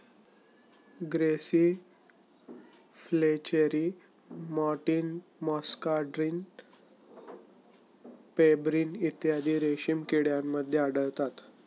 grasserie flacherie मॅटियन muscardine pebrine इत्यादी रेशीम किड्यांमध्ये आढळतात